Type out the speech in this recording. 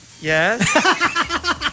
Yes